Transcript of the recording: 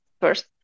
first